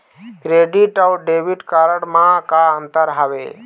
Credit अऊ debit card म का अंतर हावे?